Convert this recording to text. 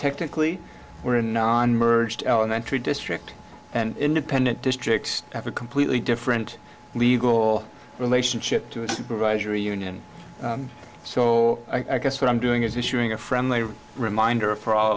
technically we're not on merged elementary district and independent districts have a completely different legal relationship to a supervisory union so i guess what i'm doing is issuing a friendly reminder for all